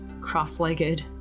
cross-legged